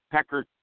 Pecker